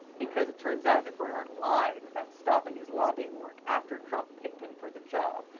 because it turns out that bernhardt lied about stopping his lobbying work after trump picked him for the job.